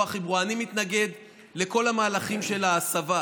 הכי ברורה: אני מתנגד לכל המהלכים של ההסבה,